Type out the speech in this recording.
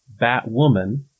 Batwoman